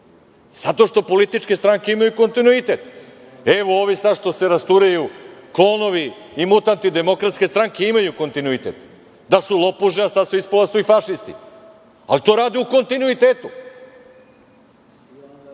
zato što političke stranke imaju kontinuitet. Evo ovi sada što se rasturaju, klonovi i mutanti DS imaju kontinuitet da su lopožu, a sada je ispalo da su i fašisti, ali to rade u kontinuitetu.